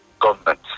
government